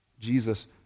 Jesus